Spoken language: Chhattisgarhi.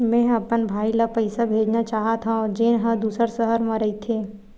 मेंहा अपन भाई ला पइसा भेजना चाहत हव, जेन हा दूसर शहर मा रहिथे